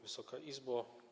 Wysoka Izbo!